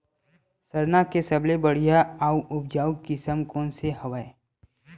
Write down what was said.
सरना के सबले बढ़िया आऊ उपजाऊ किसम कोन से हवय?